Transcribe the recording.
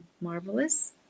marvelous